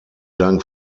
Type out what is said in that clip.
dank